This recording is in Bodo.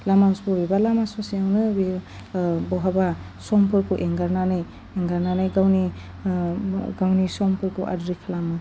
लामा स' एबा लामा ससेयावनो बेयो बहाबा समफोरखौ एंगारनानै एंगारनानै गावनि गावनि समफोरखौ आद्रि खालामो